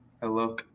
Hello